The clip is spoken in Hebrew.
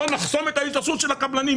לא נחסום את ההתעשרות של הקבלנים,